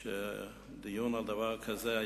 דיון על דבר כזה,